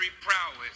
prowess